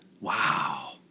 Wow